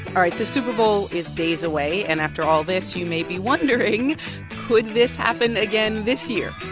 all right, the super bowl is days away. and after all this, you may be wondering could this happen again this year?